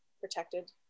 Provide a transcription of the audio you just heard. protected